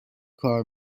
کار